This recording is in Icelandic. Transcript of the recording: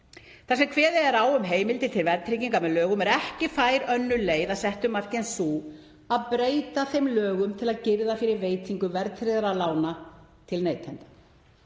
Þar sem kveðið er á um heimildir til verðtryggingar með lögum er ekki fær önnur leið að settu marki en sú að breyta þeim lögum til að girða fyrir veitingu verðtryggðra lána til neytenda.